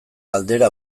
galdera